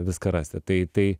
viską rasti tai tai